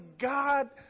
God